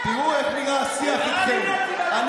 מה